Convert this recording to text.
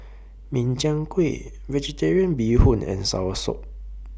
Min Chiang Kueh Vegetarian Bee Hoon and Soursop